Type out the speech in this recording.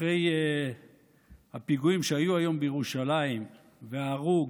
אחרי הפיגועים שהיו היום בירושלים והרוג,